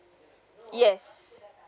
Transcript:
yes